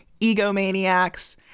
egomaniacs